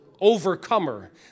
overcomer